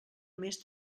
més